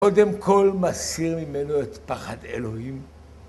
קודם כל מסיר ממנו את פחד אלוהים.